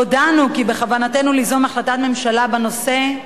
הודענו כי בכוונתנו ליזום החלטת ממשלה בנושא,